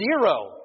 Zero